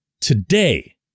today